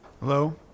Hello